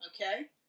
Okay